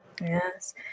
Yes